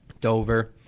Dover